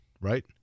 Right